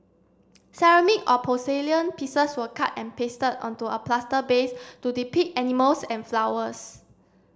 ceramic or porcelain pieces were cut and pasted onto a plaster base to depict animals and flowers